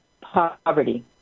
poverty